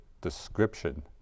description